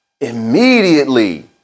immediately